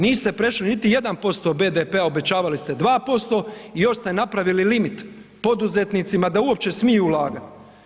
Niste prešli niti 1% BDP-a, obećavali ste 2% i još ste napravili limit poduzetnicima da uopće smiju ulagati.